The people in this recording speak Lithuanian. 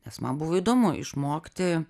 nes man buvo įdomu išmokti